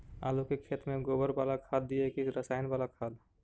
आलू के खेत में गोबर बाला खाद दियै की रसायन बाला खाद?